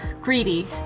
greedy